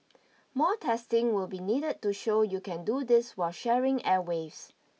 more testing will be needed to show you can do this while sharing airwaves